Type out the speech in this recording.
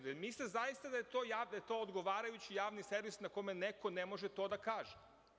Da li mislite da je zaista to odgovarajući javni servis na kome neko ne može to da kaže?